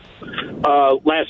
Last